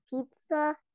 pizza